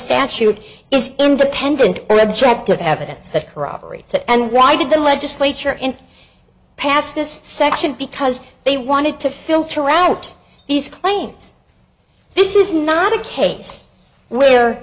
statute is independent or objective evidence that corroborates it and why did the legislature in pass this section because they wanted to filter out these claims this is not a case where